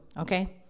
okay